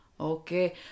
Okay